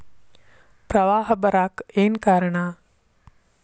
ಪ್ರವಾಹ ಬರಾಕ್ ಏನ್ ಕಾರಣ?